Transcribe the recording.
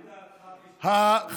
מה לדעתך, איזו משתי האפשרויות תתקיים?